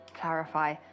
clarify